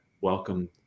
welcome